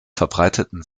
verbreiteten